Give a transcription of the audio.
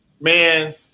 man